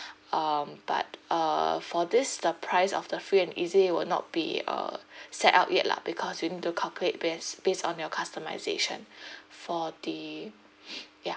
um but uh for this the price of the free and easy it will not be uh set up yet lah because you need to calculate based based on your customization for the ya